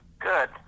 Good